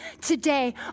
today